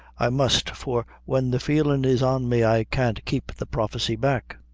i must for when the feelin' is on me, i can't keep the prophecy back.